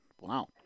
Wow